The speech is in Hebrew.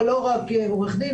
אבל לא רק עורך-דין,